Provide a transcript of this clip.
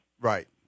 Right